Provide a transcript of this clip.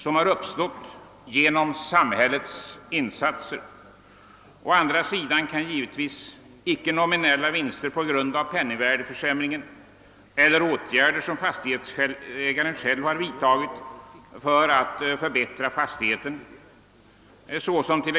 Omräkningen skall ske med ledning av en indexserie, grundad på konsumentprisindex och levnadskostnadsindex med år 1914 som basår.